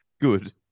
Good